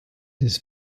this